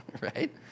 right